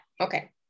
Okay